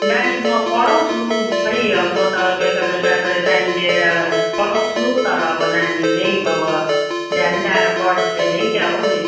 नानी म पढ़ाउछु खोई म त बेलुका बेलुका चाहिँ टाइम लिएर पढ़ाउछु तर अब नानी नै अब ध्यान लाएर पढिदिँदैन कि क्या हो मिस